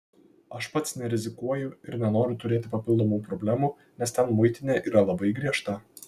aš pats nerizikuoju ir nenoriu turėti papildomų problemų nes ten muitinė yra labai griežta